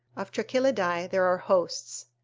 of trochilidae there are hosts.